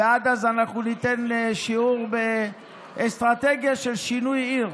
ועד אז ניתן שיעור באסטרטגיה של שינוי עיר,